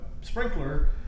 sprinkler